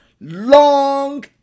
long